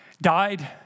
Died